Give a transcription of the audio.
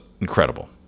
incredible